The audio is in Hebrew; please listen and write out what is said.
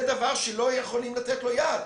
זה דבר שלא יכולים לתת לו יד.